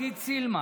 עידית סילמן,